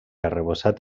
arrebossat